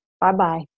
Bye-bye